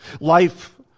Life